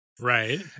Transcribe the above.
right